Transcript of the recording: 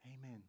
Amen